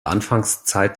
anfangszeit